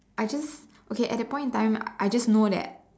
I just okay at that point in time I just know that